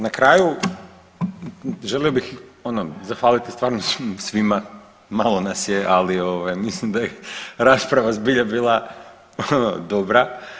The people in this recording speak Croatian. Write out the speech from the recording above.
Na kraju želio bih ono zahvaliti stvarno svima, malo nas je, ali ovaj mislim da je rasprava zbilja bila ono dobra.